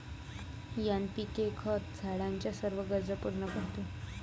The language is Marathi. एन.पी.के खत झाडाच्या सर्व गरजा पूर्ण करते